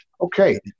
Okay